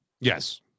Yes